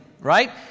right